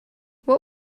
what